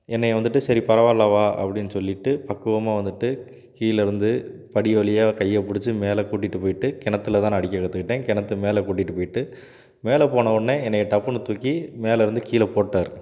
என்னை வந்துவிட்டு சரி பரவாயில்லை வா அப்படின்னு சொல்லிவிட்டு பக்குவமாக வந்துவிட்டு கீ கீழே இருந்து படி வழியா கையை பிடிச்சி மேலே கூட்டிட்டு போய்ட்டு கிணத்துல தான் நான் அடிக்க கற்றுக்கிட்டேன் கிணத்து மேலே கூட்டிட்டு போய்ட்டு மேலே போன உடனே என்னை டப்புன்னு தூக்கி மேலே இருந்து கீழே போட்டார்